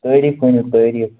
تٲریٖخ ؤنِو تٲریٖخ